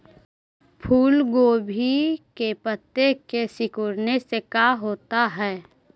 फूल गोभी के पत्ते के सिकुड़ने से का होता है?